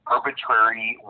arbitrary